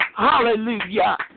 Hallelujah